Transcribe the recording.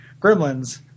gremlins